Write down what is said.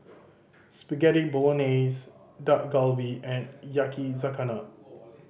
Spaghetti Bolognese Dak Galbi and Yakizakana